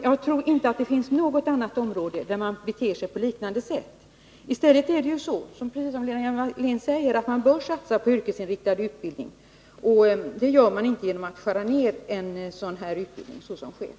Jag tror inte att det finns något annat område där man beter sig på liknande sätt. Man bör ju, som Lena Hjelm-Wallén säger, i stället satsa på yrkesinriktad utbildning. Det gör man inte genom att, som nu sker, skära ner utbildningen.